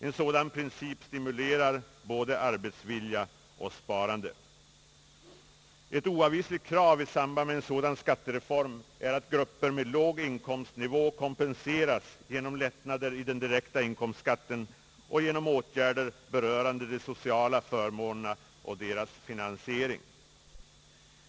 En sådan princip stimulerar både arbetsvilja och sparande. Ett oavvisligt krav i samband med en sådan skattereform är att grupper med låg inkomstnivå kompenseras genom lättnader i den direkta inkomstskatten och genom åtgärder berörande de sociala förmånerna och deras finansiering.